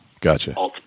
Gotcha